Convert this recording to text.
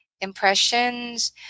impressions